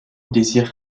désire